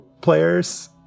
players